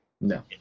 No